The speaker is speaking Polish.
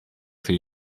tej